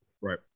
Right